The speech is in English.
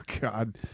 God